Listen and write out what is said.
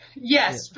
Yes